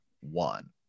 one